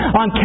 on